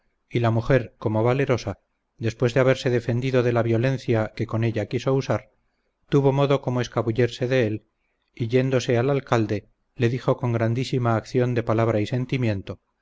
y la mujer como valerosa después de haberse defendido de la violencia que con ella quiso usar tuvo modo como escabullirse de él y yéndose al alcalde le dijo con grandísima acción de palabra y sentimiento